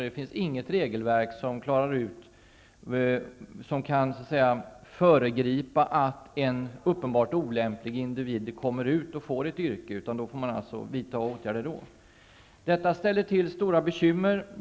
Det finns inget regelverk som kan föregripa en uppenbart olämplig individ att komma ut i ett yrke. Åtgärder får vidtagas först när så är fallet. Detta förhållande ställer till stora bekymmer.